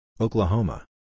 Oklahoma